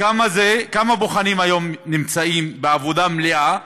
כמה בוחנים היום נמצאים בעבודה מלאה?